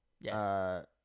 Yes